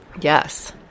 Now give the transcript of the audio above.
Yes